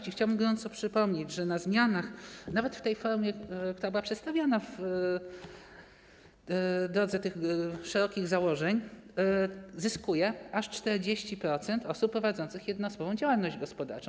Chciałbym gorąco przypomnieć, że na zmianach, nawet w tej formie, która była przedstawiana w drodze szerokich założeń, zyskuje aż 40% osób prowadzących jednoosobową działalność gospodarczą.